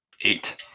Eight